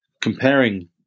comparing